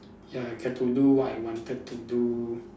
ya I get to do what I wanted to do